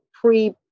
pre